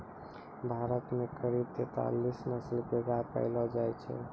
भारत मॅ करीब तेतालीस नस्ल के गाय पैलो जाय छै